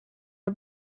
the